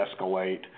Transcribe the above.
escalate